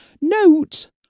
Note